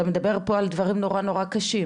אתה מדבר פה על דברים נורא נורא קשים,